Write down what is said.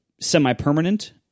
semi-permanent